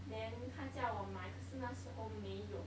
then 她叫我买可是那时候没有